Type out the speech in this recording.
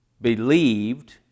believed